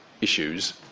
issues